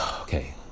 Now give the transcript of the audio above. Okay